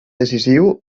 decisiu